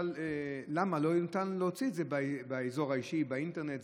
למה לא ניתן להוציא את זה באזור האישי באינטרנט?